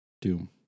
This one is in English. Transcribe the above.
Doom